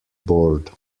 bored